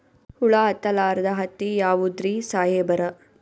ಹುಳ ಹತ್ತಲಾರ್ದ ಹತ್ತಿ ಯಾವುದ್ರಿ ಸಾಹೇಬರ?